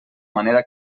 manera